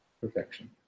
perfection